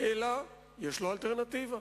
אלא יש לו אלטרנטיבה,